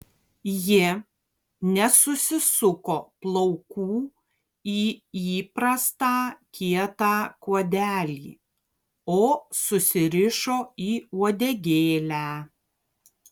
ji nesusisuko plaukų į įprastą kietą kuodelį o susirišo į uodegėlę